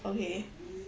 okay